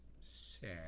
Sad